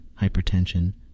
hypertension